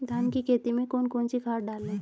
धान की खेती में कौन कौन सी खाद डालें?